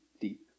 deep